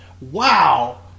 Wow